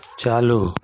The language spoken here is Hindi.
चालू